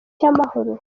cy’amahoro